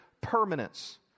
permanence